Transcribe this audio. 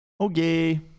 okay